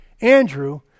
Andrew